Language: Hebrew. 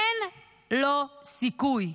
אין לו סיכוי.